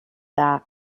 that